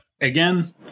again